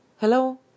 Hello